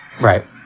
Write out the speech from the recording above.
Right